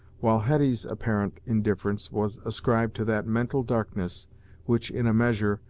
while hetty's apparent indifference was ascribed to that mental darkness which, in a measure,